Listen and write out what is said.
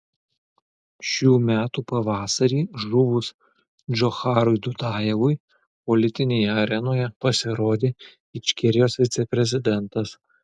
šių metų pavasarį žuvus džocharui dudajevui politinėje arenoje pasirodė ičkerijos viceprezidentas